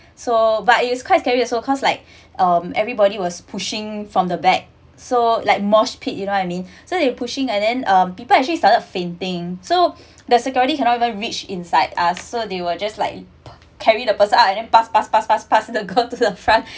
so but it was quite scary also cause like um everybody was pushing from the back so like mosh pit you know what I mean so they pushing and then uh people actually started fainting so the security cannot even reach inside us so they were just like carry the person out and then pass pass pass pass pass the girl to the front